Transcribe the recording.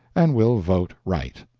and will vote right.